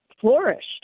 flourished